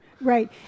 Right